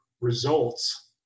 results